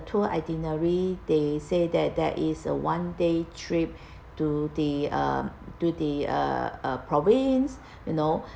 tour itinerary they say that there is a one day trip to the uh to the uh uh province you know